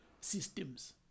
systems